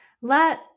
let